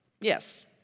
Yes